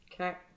Okay